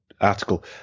article